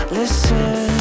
listen